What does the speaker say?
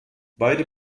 beide